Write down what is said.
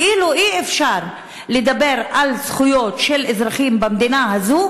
כאילו אי-אפשר לדבר על זכויות של אזרחים במדינה הזו